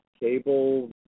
cable